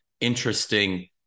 interesting